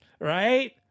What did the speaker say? right